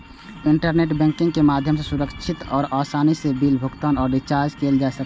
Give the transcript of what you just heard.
internet banking के माध्यम सं सुरक्षित आ आसानी सं बिल भुगतान आ रिचार्ज कैल जा सकै छै